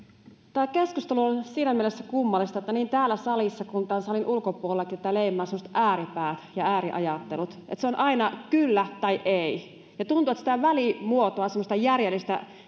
tämä keskustelu on siinä mielessä kummallista että niin täällä salissa kuin tämän salin ulkopuolellakin tätä leimaa sellaiset ääripäät ja ääriajattelut että se on aina kyllä tai ei ja tuntuu että välimuotoa semmoista järjellistä